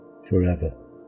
forever